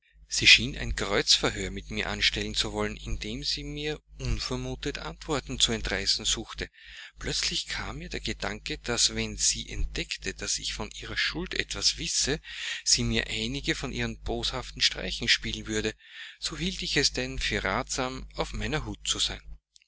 sie schien ein kreuzverhör mit mir anstellen zu wollen indem sie mir unvermutet antworten zu entreißen suchte plötzlich kam mir der gedanke daß wenn sie entdeckte daß ich von ihrer schuld etwas wisse sie mir einige von ihren boshaften streichen spiele würde so hielt ich es denn für ratsam auf meiner hut zu sein